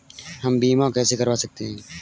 हम बीमा कैसे करवा सकते हैं?